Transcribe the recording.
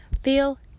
feel